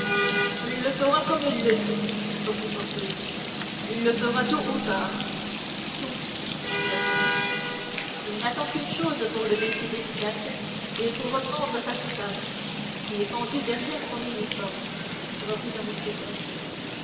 il le fera comme il le dit reprit porthos il le fera tôt ou tard tôt dit aramis il n'attend qu'une chose pour le décider tout à fait et pour reprendre sa soutane qui est pendue derrière son uniforme reprit un mousquetaire